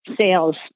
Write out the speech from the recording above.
sales